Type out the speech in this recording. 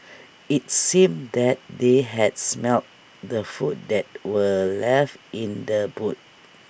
IT seemed that they had smelt the food that were left in the boot